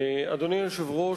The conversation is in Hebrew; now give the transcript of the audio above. אדוני היושב-ראש,